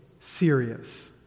serious